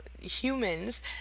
humans